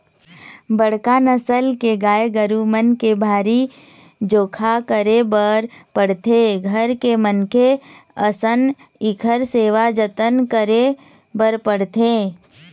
बड़का नसल के गाय गरू मन के भारी जोखा करे बर पड़थे, घर के मनखे असन इखर सेवा जतन करे बर पड़थे